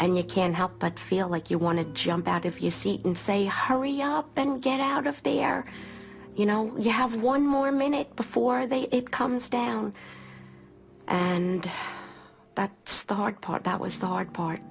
and you can't help but feel like you want to jump back if you see it and say hurry up and get out of there you know you have one more minute before they it comes down and that's the hard part that was the har